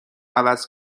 عوض